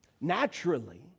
naturally